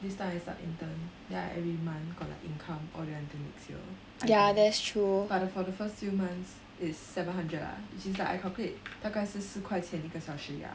this time I start intern then I every month got like income all the way until next year I guess but the for the first few months is seven hundred uh which is I calculate 大概是四块钱一个小时 ya